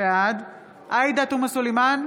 בעד עאידה תומא סלימאן,